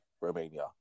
Romania